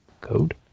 Code